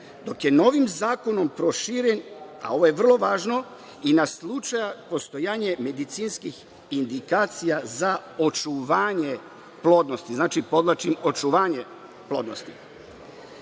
dok je novim zakonom proširen, a ovo je vrlo važno, i na slučajeve postojanja medicinskih indikacija za očuvanje plodnosti. Znači, podvlačim – očuvanje plodnosti. Novim